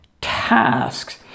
tasks